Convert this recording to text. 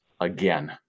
again